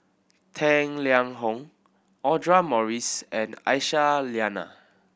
Tang Liang Hong Audra Morrice and Aisyah Lyana